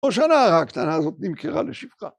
או שהנערה הקטנה הזאת נמכרה לשפחה.